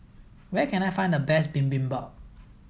where can I find the best Bibimbap